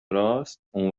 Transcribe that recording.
راست، اون